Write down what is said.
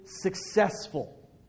successful